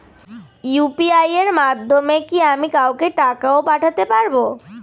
UPI এর মাধ্যমে কি আমি কাউকে টাকা ও পাঠাতে পারবো?